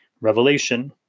Revelation